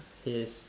his